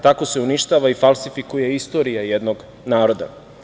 Tako se uništava i falsifikuje istorija jednog naroda.